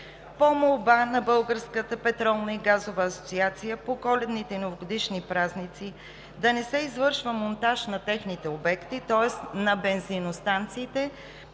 асоциация по коледните и новогодишните празници да не се извършва монтаж на техните обекти, тоест на бензиностанциите,